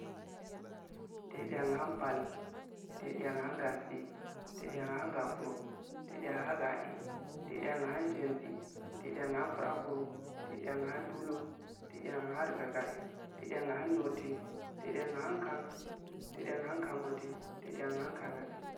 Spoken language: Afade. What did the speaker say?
Tedu ahun pal, tedu ahun gagi, tedu ahun gakuro, tedu ahun gade, tedu ahun tchengi, tedu ahun frakuro,, tedu ahun dulla, tedu ahun gargade, tedu ahun noteh, tedu ahun kan, tedu ahun kan-gote tedu ahu kah-gagi